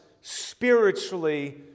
spiritually